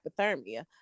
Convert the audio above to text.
hypothermia